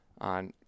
on